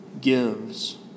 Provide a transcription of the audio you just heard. gives